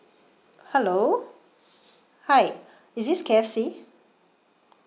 hello hi is this K_F_C